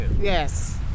Yes